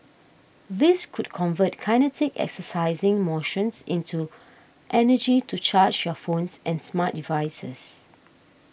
these could convert kinetic exercising motions into energy to charge your phones and smart devices